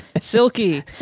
Silky